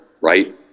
Right